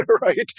right